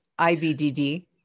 IVDD